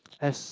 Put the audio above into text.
as